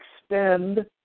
extend